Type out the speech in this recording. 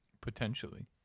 Potentially